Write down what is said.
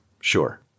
Sure